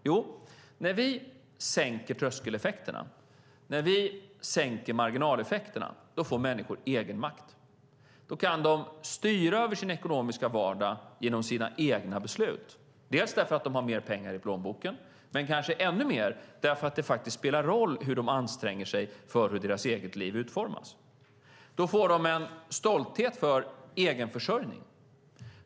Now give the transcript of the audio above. Jo, när vi sänker tröskeleffekterna och när vi sänker marginaleffekterna får människor egenmakt. Då kan de styra över sin ekonomiska vardag genom sina egna beslut, eftersom de har mer pengar i plånboken men kanske ännu mer eftersom det faktiskt spelar roll hur de anstränger sig för att utforma sig eget liv. Då känner de en stolthet när det gäller egenförsörjning.